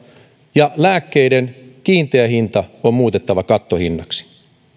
ja lääkkeiden kiinteä hinta on muutettava kattohinnaksi